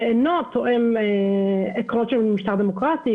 שאינם תואמים עקרונות של משטר דמוקרטי,